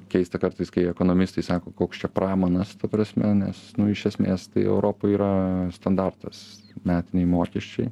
keista kartais kai ekonomistai sako koks čia pramanas ta prasme nes iš esmės tai europoj yra standartas metiniai mokesčiai